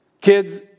kids